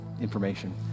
information